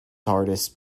hardest